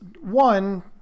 One